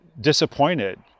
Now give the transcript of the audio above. disappointed